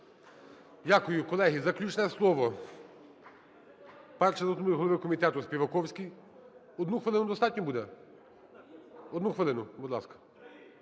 Дякую. Колеги, заключне слово - перший заступник голови комітету Співаковський. Одну хвилину достатньо буде, одну хвилину? Будь ласка.